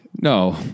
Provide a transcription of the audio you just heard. No